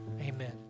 Amen